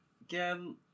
again